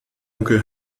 onkel